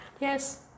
Yes